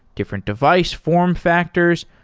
different device form factors.